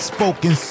Spoken